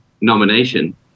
nomination